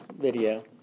video